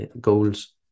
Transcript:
goals